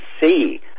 see